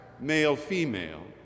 male-female